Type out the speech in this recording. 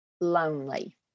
lonely